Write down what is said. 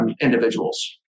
individuals